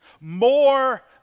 more